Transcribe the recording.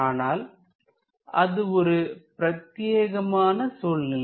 ஆனால் அது ஒரு பிரத்தியேகமான சூழ்நிலை